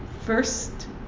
first